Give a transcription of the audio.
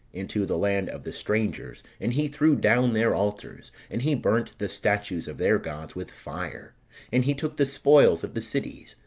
into the land of the strangers, and he threw down their altars, and he burnt the statues of their gods with fire and he took the spoils of the cities,